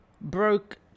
broke